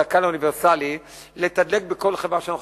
בדלקן האוניברסלי בכל חברה שאנחנו חפצים,